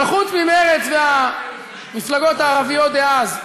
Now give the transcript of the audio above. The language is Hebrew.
אבל חוץ ממרצ והמפלגות הערביות דאז,